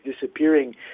disappearing